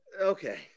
Okay